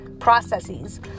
processes